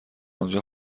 آنجا